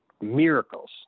miracles